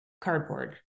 cardboard